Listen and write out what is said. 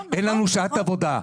אין לנו שעת עבודה.